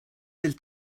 del